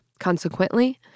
Consequently